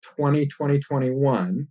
2021